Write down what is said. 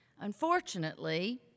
Unfortunately